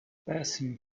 passing